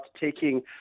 taking